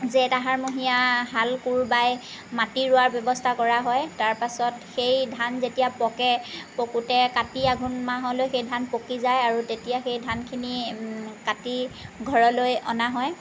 জেঠ আহাৰমহীয়া হাল কোৰ বাই মাটি ৰোৱাৰ ব্যৱস্থা কৰা হয় তাৰ পাছত সেই ধান যেতিয়া পকে পকোতে কাতি আঘোণ মাহলৈ সেই ধান পকি যায় আৰু তেতিয়া সেই ধানখিনি কাটি ঘৰলৈ অনা হয়